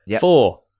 Four